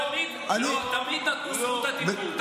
תמיד לקחו את זכות הדיבור.